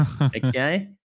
okay